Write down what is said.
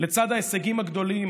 לצד ההישגים הגדולים,